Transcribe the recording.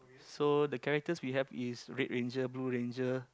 so the characters we have is red ranger blue ranger